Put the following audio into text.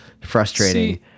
frustrating